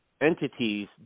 entities